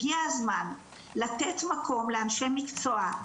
הגיע הזמן לתת מקום לאנשי מקצוע,